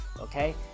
okay